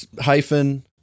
hyphen